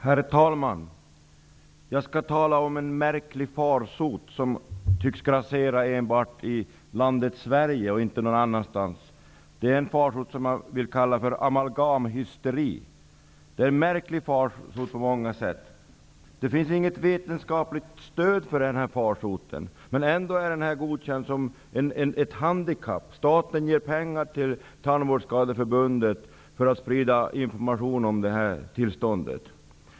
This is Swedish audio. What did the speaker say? Herr talman! Jag skall tala om en märklig farsot som tycks grassera enbart i landet Sverige och inte någon annanstans. Det är en farsot som jag vill kalla för amalgamhysteri. Det är en på många sätt märklig farsot. Det finns inget vetenskapligt stöd för denna farsot. Ändå är den godkänd som ett handikapp. Staten ger pengar till Tandvårdsskadeförbundet för att sprida information om detta tillstånd.